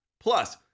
Plus